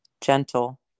gentle